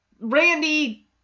Randy